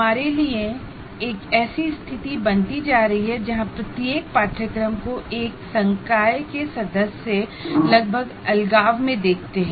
हमारे लिए एक ऐसी स्थिति बनती जा रही हैं जहां प्रत्येक कोर्स को फैकल्टी मेंबर लगभग अलगाव में देखते है